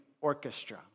Orchestra